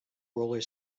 roller